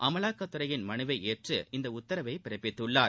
அமலாக்கத்துறையின் மனுவை ஏற்று இந்த உத்தரவை பிறப்பித்துள்ளார்